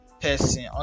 person